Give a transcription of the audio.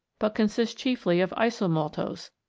but consists chiefly of isomaltose,